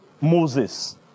Moses